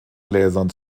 gläsern